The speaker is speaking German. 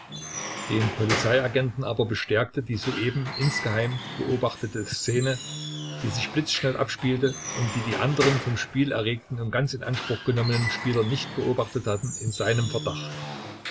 den polizeiagenten aber bestärkte die soeben insgeheim beobachtete szene die sich blitzschnell abspielte und die die anderen vom spiel erregten und ganz in anspruch genommenen spieler nicht beobachtet hatten in seinem verdacht